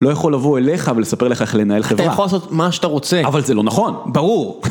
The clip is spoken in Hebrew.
לא יכול לבוא אליך ולספר לך איך לנהל חברה. אתה יכול לעשות מה שאתה רוצה. אבל זה לא נכון, ברור.